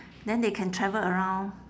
then they can travel around